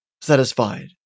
Satisfied